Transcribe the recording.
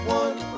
one